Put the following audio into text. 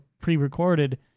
pre-recorded